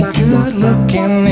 good-looking